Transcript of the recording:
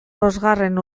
bosgarren